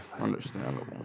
Understandable